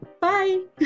Bye